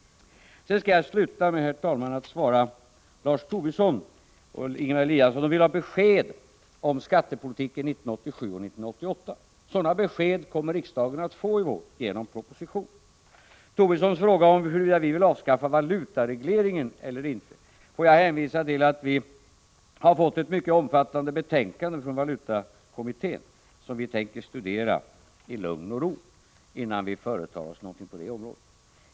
Sedan skall jag avsluta med, herr talman, att svara Lars Tobisson och Ingemar Eliasson. De vill ha besked om skattepolitiken 1987 och 1988. Sådana besked kommer riksdagen att få i vår genom proposition. Tobisson frågade huruvida vi vill avskaffa valutaregleringen eller inte. Jag får hänvisa till att vi har fått ett mycket omfattande betänkande från valutakommittén. Det skall vi studera i lugn och ro innan vi företar oss något på det området.